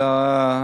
תודה.